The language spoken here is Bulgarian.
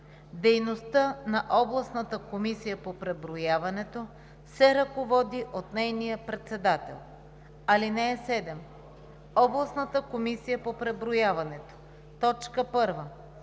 Дейността на областната комисия по преброяването се ръководи от нейния председател. (7) Областната комисия по преброяването: 1.